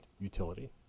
utility